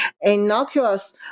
innocuous